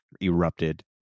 erupted